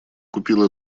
купил